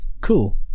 cool